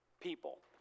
people